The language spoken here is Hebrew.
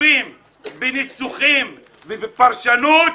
טובים בניסוחים ובפרשנות,